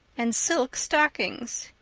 and silk stockings.